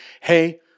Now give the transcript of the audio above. hey